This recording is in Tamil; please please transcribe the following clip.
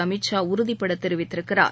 அமித் ஷா உறுதிபடத் தெரிவித்திருக்கிறார்